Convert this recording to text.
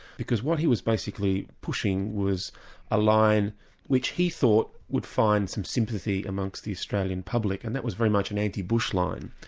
because what he was basically pushing was a line which he thought would find some sympathy amongst the australian public and that was very much an anti-bush line.